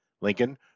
Lincoln